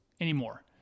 anymore